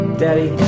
daddy